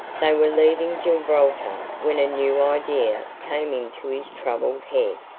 they were leaving gibraltar when a new idea came into his troubled head.